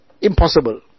impossible